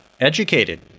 educated